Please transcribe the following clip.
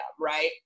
right